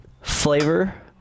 Flavor